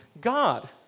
God